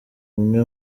umwe